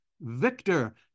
Victor